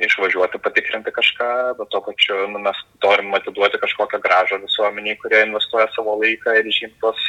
išvažiuoti patikrinti kažką bet tuo pačiu nu mes norim atiduoti kažkokią grąžą visuomenei kurie investuoja savo laiką ir žymi tuos